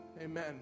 amen